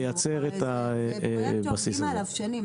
זה פרויקט שעובדים עליו שנים.